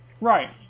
right